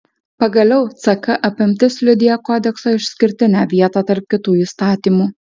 pagaliau ck apimtis liudija kodekso išskirtinę vietą tarp kitų įstatymų